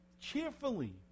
cheerfully